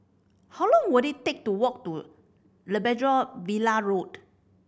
how long will it take to walk to Labrador Villa Road